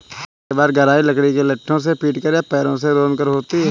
कटाई के बाद गहराई लकड़ी के लट्ठों से पीटकर या पैरों से रौंदकर होती है